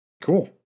Cool